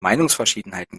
meinungsverschiedenheiten